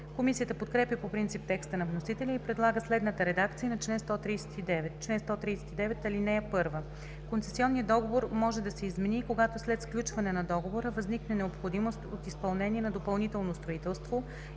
Комисията подкрепя по принцип текста на вносителя и предлага следната редакция на чл. 139: „Чл. 139. (1) Концесионният договор може да се измени и когато след сключване на договора възникне необходимост от изпълнение на допълнително строителство